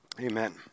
Amen